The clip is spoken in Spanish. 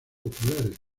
populares